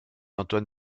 antoine